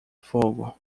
fogo